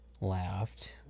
laughed